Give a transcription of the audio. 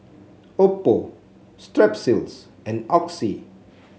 Oppo Strepsils and Oxy